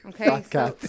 Okay